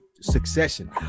Succession